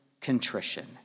contrition